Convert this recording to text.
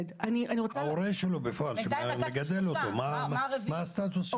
ההורה שלו בפועל שמגדל אותו - מה הסטטוס שלו?